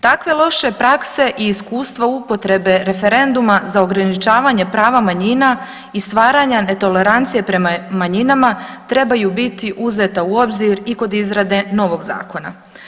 Takve loše prakse i iskustva upotrebe referenduma za ograničavanje prava manjima i stvaranja netolerancije prema manjinama trebaju biti uzeta u obzir i kod izrade novog zakona.